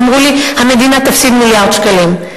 אמרו לי: המדינה תפסיד מיליארד שקלים.